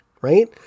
right